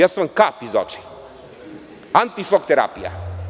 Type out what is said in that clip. Ja sam kapi za oči, anti-šok terapija.